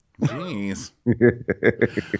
Jeez